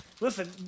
listen